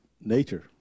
nature